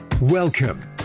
Welcome